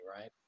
right